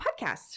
podcast